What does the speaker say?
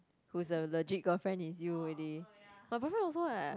who is a legit girlfriend is you already my boyfriend also eh